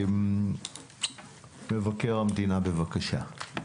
מבקר המדינה בבקשה.